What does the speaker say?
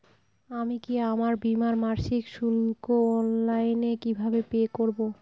আমি কি আমার বীমার মাসিক শুল্ক অনলাইনে কিভাবে পে করব?